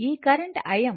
ఈ current Im